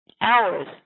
hours